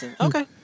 okay